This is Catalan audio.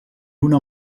una